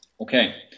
Okay